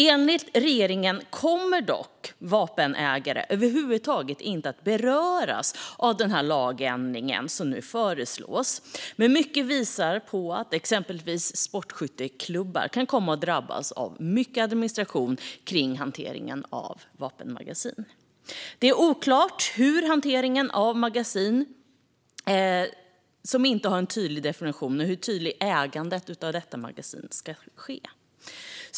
Enligt regeringen kommer dock vapenägare över huvud taget inte att beröras av den lagändring som nu föreslås, men mycket tyder på att exempelvis sportskytteklubbar kan komma att drabbas av mycket administration kring hanteringen av vapenmagasin. Det är oklart hur hanteringen av magasin som inte har en tydlig definition och inte har en tydlig ägare ska ske.